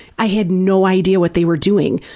i had no idea what they were doing.